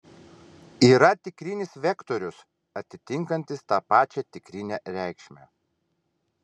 yra tikrinis vektorius atitinkantis tą pačią tikrinę reikšmę